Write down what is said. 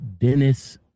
Dennis